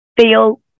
feel